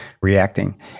reacting